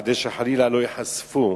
כדי שחלילה לא ייחשפו",